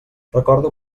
recordo